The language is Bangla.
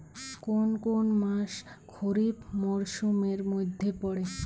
কোন কোন মাস খরিফ মরসুমের মধ্যে পড়ে?